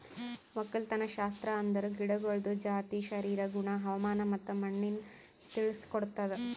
ಒಕ್ಕಲತನಶಾಸ್ತ್ರ ಅಂದುರ್ ಗಿಡಗೊಳ್ದ ಜಾತಿ, ಶರೀರ, ಗುಣ, ಹವಾಮಾನ ಮತ್ತ ಮಣ್ಣಿನ ತಿಳುಸ್ ಕೊಡ್ತುದ್